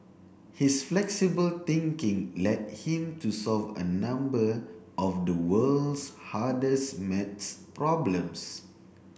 his flexible thinking led him to solve a number of the world's hardest maths problems